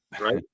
right